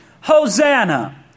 Hosanna